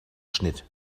schnitt